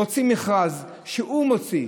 להוציא מכרז שהוא מוציא